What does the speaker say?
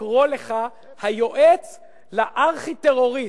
לקרוא לך היועץ לארכי-טרוריסט,